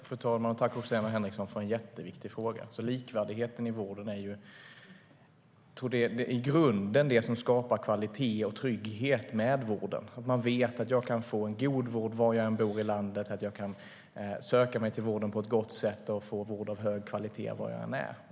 Fru talman! Jag tackar Emma Henriksson för en mycket viktig fråga. Likvärdigheten i vården är det som i grunden skapar kvalitet och trygghet i vården, alltså att man vet att man kan få god vård var man än bor i landet och att man kan söka sig till vården och få vård av hög kvalitet var man än är.